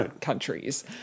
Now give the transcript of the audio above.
countries